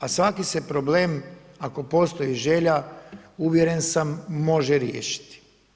A svaki se problem, ako postoji želja, uvjeren sam može riješiti.